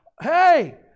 Hey